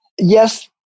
yes